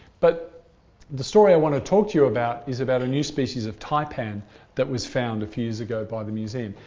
but the story i want to talk to you about is about a new species of taipan that was found a few years ago by the museum.